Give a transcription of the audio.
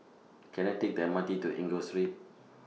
Can I Take The M R T to Enggor Street